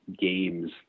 games